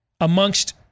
amongst